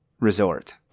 resort